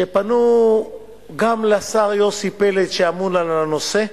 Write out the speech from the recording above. שפנו גם אל השר יוסי פלד, שאמון על הנושא,